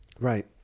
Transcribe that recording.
Right